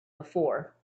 before